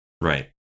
Right